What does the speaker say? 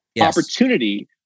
opportunity